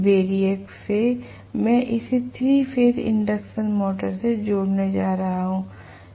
variac से मैं इसे 3 फेज इंडक्शन मोटर से जोड़ने जा रहा हूं